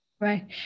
Right